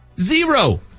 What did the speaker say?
Zero